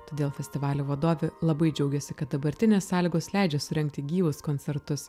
todėl festivalio vadovė labai džiaugiasi kad dabartinės sąlygos leidžia surengti gyvus koncertus